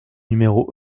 numéro